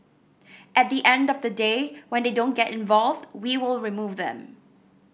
at the end of the day when they don't get involved we will remove them